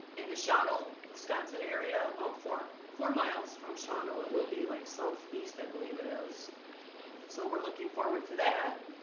in the shano wisconsin area about four four miles from shawno. it will be like south east. i believe it is so we're looking forward to that